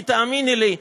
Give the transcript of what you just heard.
כי תאמיני לי,